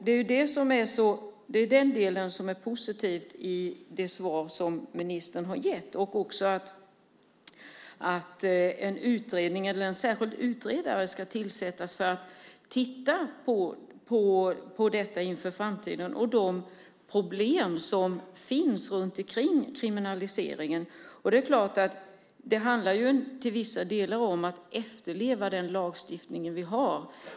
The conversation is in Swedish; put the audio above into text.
Det är också den delen som är positiv i det svar som ministern har gett, och också att en utredning eller en särskild utredare ska tillsättas för att titta på detta inför framtiden och de problem som finns runt omkring kriminaliseringen. Det är klart att det till vissa delar handlar om att efterleva den lagstiftning vi har.